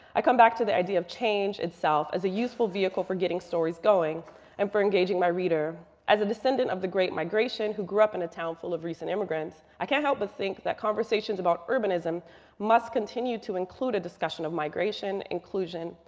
i come back to the idea of change itself as a useful vehicle for getting stories going and for engaging my reader. as a descendant of the great migration who grew up in a town full of recent immigrants, i can't help but think that conversations about urbanism must continue to include a discussion of migration, inclusion,